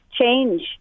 change